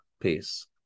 Peace